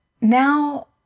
now